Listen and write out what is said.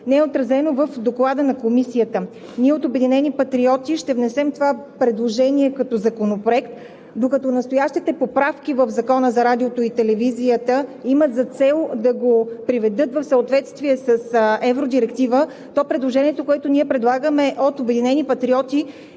не е отразено в Доклада на Комисията. Ние от „Обединени патриоти“ ще внесем това предложение като законопроект. Докато настоящите поправки в Закона за радиото и телевизията имат за цел да го приведат в съответствие с евродиректива, то с предложението, което ние предлагаме от „Обединени патриоти“,